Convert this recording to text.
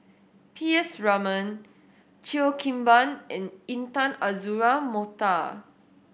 P S Raman Cheo Kim Ban and Intan Azura Mokhtar